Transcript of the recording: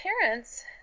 parents